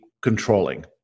controlling